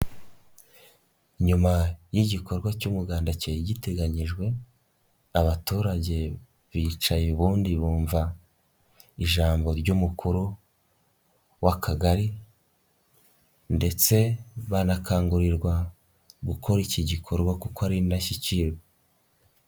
Nyuma y'igikorwa cy'umuganda cyari giteganyijwe, abaturage bicaye ubundi bumva ijambo ry'umukuru w'akagari ndetse banakangurirwa gukora iki gikorwa kuko ari indashyikirwa.